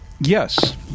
Yes